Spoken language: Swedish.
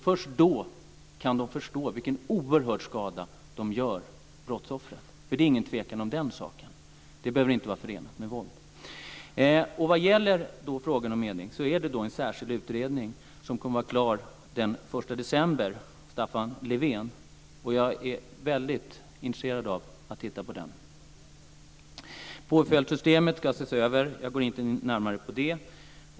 Först då kan de förstå vilken oerhörd skada de gör brottsoffret; det är inget tvivel om den saken. När det gäller frågan om medling vill jag säga att den är föremål för en särskild utredning av Staffan Levén. Den kommer att vara klar den 1 december, och jag är väldigt intresserad av att titta på den. Påföljdssystemet ska ses över - jag går inte in närmare på det.